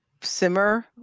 simmer